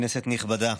כנסת נכבדה,